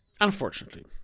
unfortunately